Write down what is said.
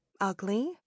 Ugly